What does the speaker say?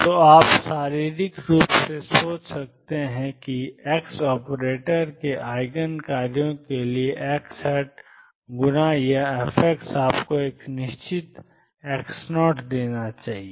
तो आप शारीरिक रूप से सोच सकते हैं कि x ऑपरेटर के आइगन कार्यों के लिए x गुना यह f आपको एक निश्चित xx0 देना चाहिए